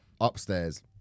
upstairs